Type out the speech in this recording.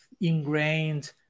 ingrained